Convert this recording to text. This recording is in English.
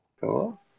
Cool